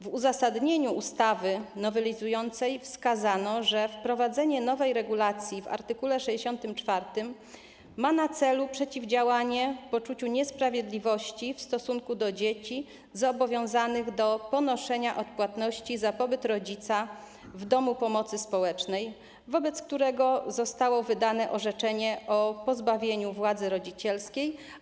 W uzasadnieniu ustawy nowelizującej wskazano, że wprowadzenie nowej regulacji w art. 64 ma na celu przeciwdziałanie poczuciu niesprawiedliwości w stosunku do dzieci zobowiązanych do ponoszenia odpłatności w domu pomocy społecznej za pobyt rodzica, wobec którego zostało wydane orzeczenie o pozbawieniu władzy rodzicielskiej.